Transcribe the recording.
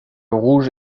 rouge